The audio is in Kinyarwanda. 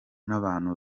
n’abantu